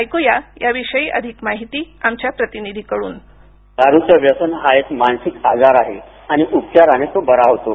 ऐकुया याविषयी अधिक माहिती आमच्या प्रतिनिधीकडून दारूचं व्यसन हा एक मानसिक आजार आहे आणि उपचाराने तो बरा होतो